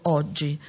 oggi